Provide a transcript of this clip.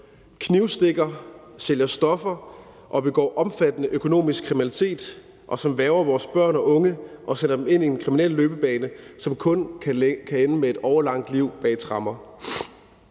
knivstikker, sælger stoffer og begår omfattende økonomisk kriminalitet, og som hverver vores børn og unge og sender dem ind i en kriminel løbebane, som kun kan ende med et årelangt liv bag tremmer.